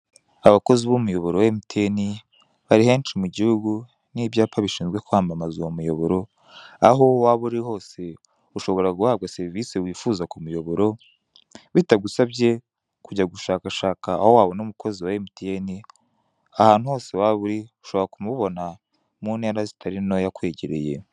Abakozi b'umuyoboro wa MTN bari henshi mu gihugu n'ibyapa bishinzwe kwamamaza uwo muyoboro, aho waba uri hose ushobora guhabwa serivisi wifuza k'umuyoboro, bitagusabye kujya gushakashaka aho wabona umukozi wa MTN, ahantu hose waba uri ushobora kumubona mu ntera zitari ntoya akwegereye.